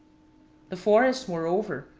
the forest, moreover,